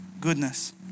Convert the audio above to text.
goodness